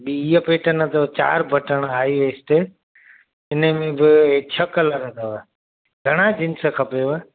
ॿी हीअ पेटर्न अथव चार बटण हाइवेस्ट इन में बि छह कलर अथव घणा जिन्स खपेव